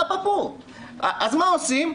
אז מה עושים?